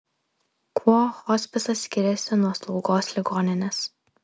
kuo hospisas skiriasi nuo slaugos ligoninės